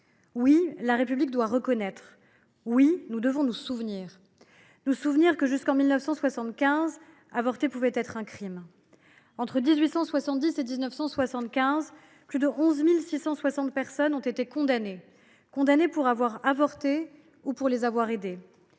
Oui, la République doit reconnaître. Oui, nous devons nous souvenir ; nous souvenir que, jusqu’en 1975, avorter pouvait être un crime. Entre 1870 et 1975, plus de 11 660 personnes ont été condamnées pour avoir avorté ou pour avoir aidé